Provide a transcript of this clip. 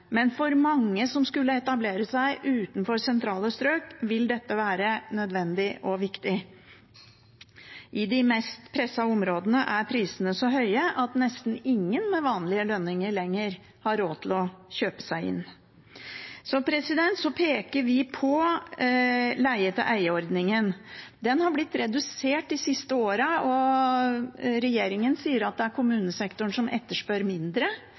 For mange som skal etablere seg utenfor sentrale strøk, vil dette være nødvendig og viktig. I de mest pressede områdene er prisene så høye at nesten ingen med vanlige lønninger lenger har råd til å kjøpe seg inn. Vi peker på leie-til-eie-ordningen. Den har blitt redusert de siste årene. Regjeringen sier at det er kommunesektoren som etterspør mindre,